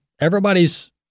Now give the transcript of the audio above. everybody's